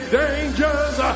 dangers